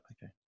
Okay